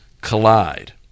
collide